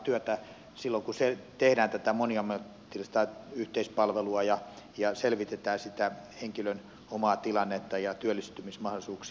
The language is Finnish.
tämä on erittäin vaativaa työtä silloin kun tehdään moniammatillista yhteispalvelua ja selvitetään henkilön omaa tilannetta ja työllistymismahdollisuuksia